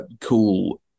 cool